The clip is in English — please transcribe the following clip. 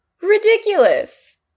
ridiculous